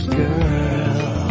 girl